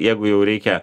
jeigu jau reikia